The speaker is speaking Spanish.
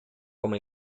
como